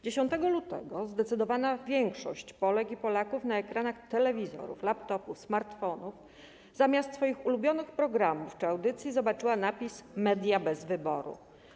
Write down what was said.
10 lutego zdecydowana większość Polek i Polaków na ekranach telewizorów, laptopów, smartfonów zamiast swoich ulubionych programów czy audycji zobaczyła napis: media bez wyboru.